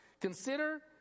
Consider